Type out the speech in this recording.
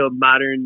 modern